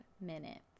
minutes